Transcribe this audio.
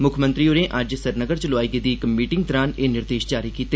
मुक्खमंत्री होरें अज्ज श्रीनगर च लोआई गेदी इक मीटिंग दौरान एह् निर्देश जारी कीते